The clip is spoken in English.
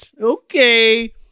Okay